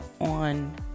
on